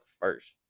first